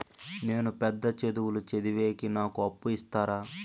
నేను పెద్ద చదువులు చదివేకి నాకు అప్పు ఇస్తారా